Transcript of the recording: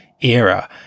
era